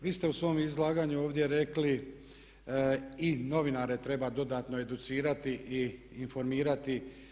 Vi ste u svom izlaganju ovdje rekli i novinare treba dodatno educirati i informirati.